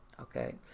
okay